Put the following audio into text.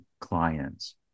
clients